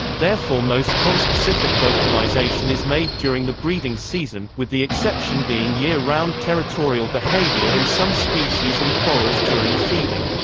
therefore most conspecific vocalization is made during the breeding season, with the exception being year-round territorial behaviour in some species and quarrels during feeding.